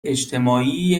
اجتماعی